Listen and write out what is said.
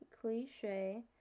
cliche